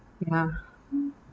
ya